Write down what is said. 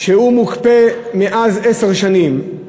שהוא מוקפא מאז זה עשר שנים,